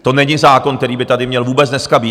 To není zákon, který by tady měl vůbec dneska být.